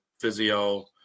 physio